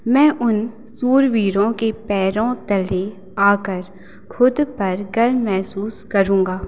मैं उन शूर वीरों के पैरों तले आकर खुद पर गर्व महसूस करूँगा